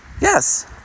Yes